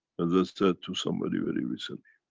and as to to somebody very recently.